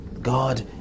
God